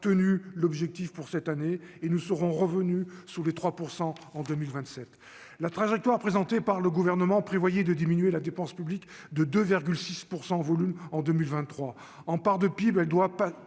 l'objectif pour cette année et nous serons revenus sous les 3 % en 2027 la trajectoire, présenté par le gouvernement prévoyait de diminuer la dépense publique de de 6 % en volume en 2023 en part de PIB, elle doit